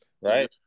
right